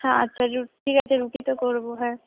হ্যাঁ আচ্ছা রুটি ঠিক আছে রুটি তো করব হ্যাঁ